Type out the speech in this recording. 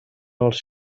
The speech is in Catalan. als